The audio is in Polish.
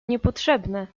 niepotrzebne